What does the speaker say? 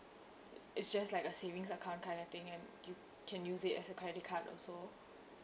it's just like a savings account kind of thing and you can use it as a credit card also